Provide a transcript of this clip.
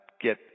get